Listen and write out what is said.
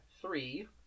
three